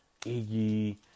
Iggy